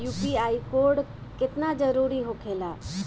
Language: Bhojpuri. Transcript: यू.पी.आई कोड केतना जरुरी होखेला?